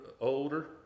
older